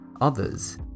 Others